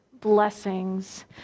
blessings